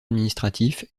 administratif